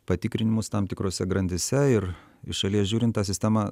patikrinimus tam tikrose grandyse ir iš šalies žiūrint ta sistema